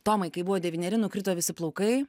tomai kai buvo devyneri nukrito visi plaukai